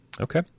Okay